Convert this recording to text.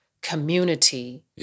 community